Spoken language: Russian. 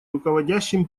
руководящим